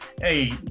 hey